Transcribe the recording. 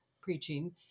preaching